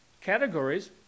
categories